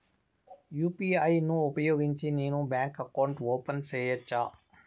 UPI ను ఉపయోగించి నేను బ్యాంకు అకౌంట్ ఓపెన్ సేయొచ్చా?